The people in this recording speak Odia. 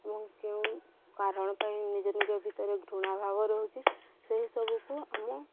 ଏବଂ କେଉଁ କାରଣ ପାଇଁ ନିଜ ନିଜ ଭିତରେ ଘୃଣାଭାବ ରହୁଛି ସେହିସବୁକୁ ଆମ